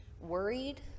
worried